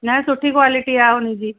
न सुठी क्वालिटी आहे हुनजी